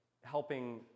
helping